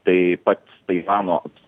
taip pat tai anot